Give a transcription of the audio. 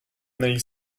negli